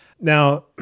Now